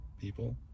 people